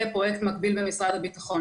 לפרויקט מקביל במשרד הביטחון.